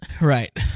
Right